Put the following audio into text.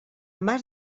mas